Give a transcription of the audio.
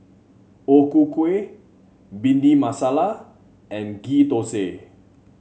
O Ku Kueh Bhindi Masala and Ghee Thosai